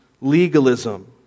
legalism